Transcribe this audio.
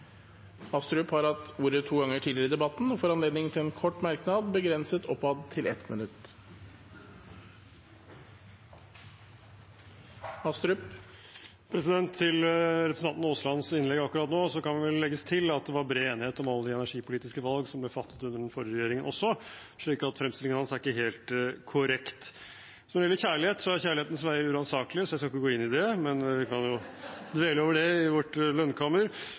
Astrup har hatt ordet to ganger tidligere og får ordet til en kort merknad, begrenset til 1 minutt. Til representanten Aaslands innlegg akkurat nå kan det vel legges til at det var bred enighet om alle de energipolitiske valg som ble fattet under den forrige regjeringen også, så fremstillingen hans er ikke helt korrekt. Når det gjelder kjærlighet, er kjærlighetens veier uransakelige, så jeg skal ikke gå inn i det, men vi kan jo dvele over det i vårt lønnkammer.